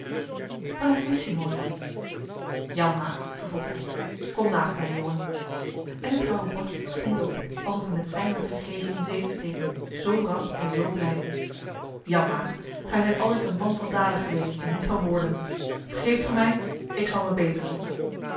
bravissimo jan janmaat vervolgt hij kom naast mij jongen en de trouwe borst springt op alsof hem het sein werd gegeven in zee te steken zoo rap en zoo blij janmaat gij zijt altijd een man van daden geweest en niet van woorden vergeeft ge mij ik zal me beteren